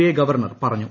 I governor പറഞ്ഞു